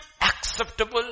acceptable